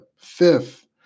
Fifth